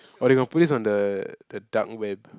oh they got put this on the the dark web